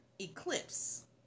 eclipse